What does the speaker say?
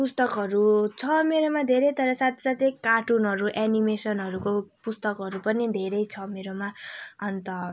पुस्तकहरू छ मेरोमा धेरै तर साथसाथै कार्टुनहरू एनिमेसनहरूको पुस्तकहरू पनि धेरै छ मेरोमा अन्त